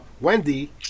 Wendy